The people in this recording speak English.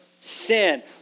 sin